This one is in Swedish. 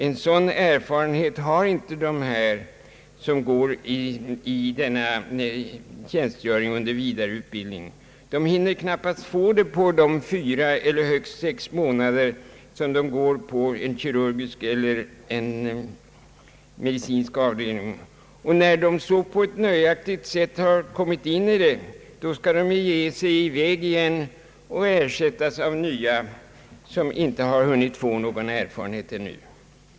En sådan erfarenhet har inte de som går in i denna tjänstgöring under vidareutbildningen. De hinner knappast få det under de fyra eller högst sex månader som de går på en kirurgisk eller medicinsk avdelning. När de på ett nöjaktigt sätt kommer in i arbetet, skall de ge sig i väg igen och ersättas med en ny som inte hunnit få någon erfarenhet ännu.